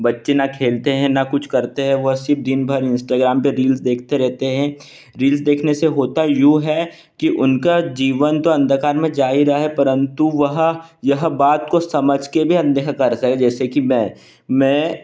बच्चे न खेलते हैं न कुछ करते हैं वह सिर्फ दिन भर इंस्टागराम पर रिल्स देखते रेहते हैं रिल्स देखने से होता यो है कि उनका जीवन तो अंधकार में जा ही रहा है परंतु वह यह बात को समझ कर भी अंधकार से जैसे कि मैं मैं